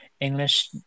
English